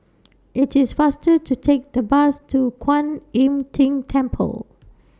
IT IS faster to Take The Bus to Kuan Im Tng Temple